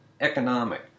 economic